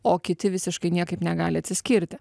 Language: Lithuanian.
o kiti visiškai niekaip negali atsiskirti